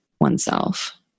oneself